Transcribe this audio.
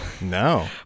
No